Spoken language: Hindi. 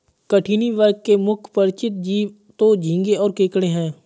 कठिनी वर्ग के मुख्य परिचित जीव तो झींगें और केकड़े हैं